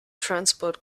transport